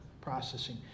processing